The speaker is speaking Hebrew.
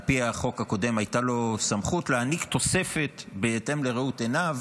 על פי החוק הקודם הייתה לו סמכות להעניק תוספת בהתאם לראות עיניו